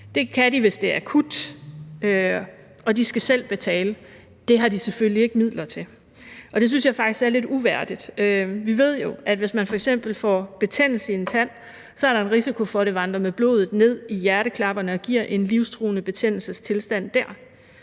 Det kan de, hvis det er akut, og så skal de selv betale for det. Det har de selvfølgelig ikke midler til, og det synes jeg faktisk er lidt uværdigt. Vi ved jo, at hvis man f.eks. får betændelse i en tand, så er der en risiko for, at det vandrer med blodet ned i hjerteklapperne og giver en livstruende betændelsestilstand der.